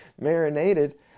marinated